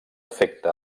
efecte